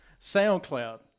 SoundCloud